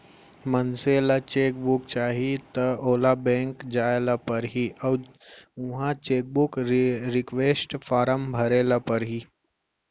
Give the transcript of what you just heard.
मनसे ल cheque book चाही त ओला बेंक जाय ल परही अउ उहॉं चेकबूक रिक्वेस्ट फारम भरे ल परही